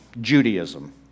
Judaism